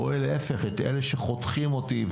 להפך, אני רואה את אלה שחותכים איתי.